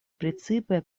precipe